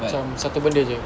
cam satu benda jer